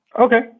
Okay